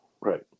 Right